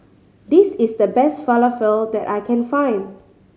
this is the best Falafel that I can find